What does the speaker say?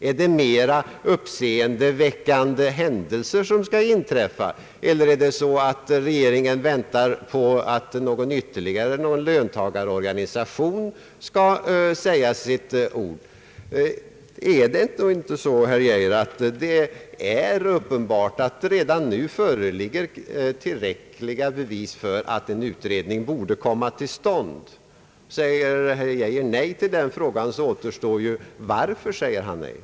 är det mera uppseendeväckande händelser som skall inträffa, eller väntar regeringen på att ytterligare någon löntagarorganisation skall säga sitt ord? Föreligger det inte redan nu, herr Geijer, alldeles tillräckliga bevis för att en utredning borde komma till stånd? Svarar herr Geijer nej på den frågan återstår spörsmålet: Varför gör han det?